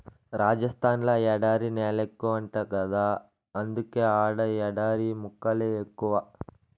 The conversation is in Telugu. రాజస్థాన్ ల ఎడారి నేలెక్కువంట గదా అందుకే ఆడ ఎడారి మొక్కలే ఎక్కువ